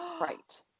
Right